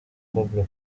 cobra